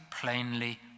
plainly